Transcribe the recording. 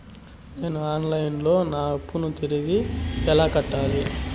నేను online లో నా అప్పును తిరిగి ఎలా కట్టాలి?